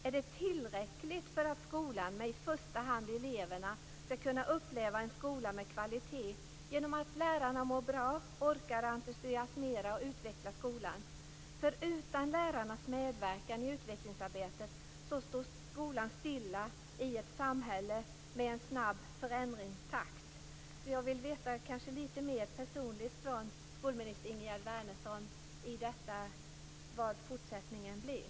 Är det tillräckligt för att i första hand eleverna skall kunna uppleva en skola med kvalitet genom att lärarna mår bra, orkar entusiasmera och utveckla skolan? Utan lärarnas medverkan i utvecklingsarbetet står skolan stilla i ett samhälle med en snabb förändringstakt. Jag vill höra litet mer personligt från skolminister Ingegerd Wärnersson om hur fortsättningen blir.